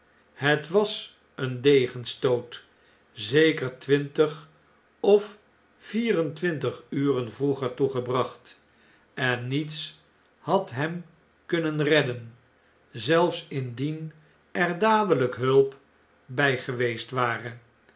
het was een degenstoot zeker twintig of vier en twintig uren vroeger toegebracht en niets had hem kunnen redden zelfs indien er dadelijk hulp by geweest ware